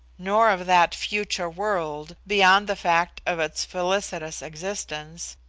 nor of that future world beyond the fact of its felicitous existence,